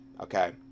okay